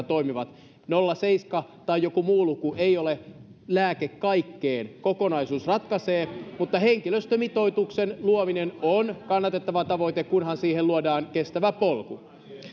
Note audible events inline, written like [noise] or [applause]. [unintelligible] toimivat nolla pilkku seitsemän tai joku muu luku ei ole lääke kaikkeen vaan kokonaisuus ratkaisee mutta henkilöstömitoituksen luominen on kannatettava tavoite kunhan siihen luodaan kestävä polku